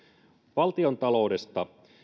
valtiontaloudesta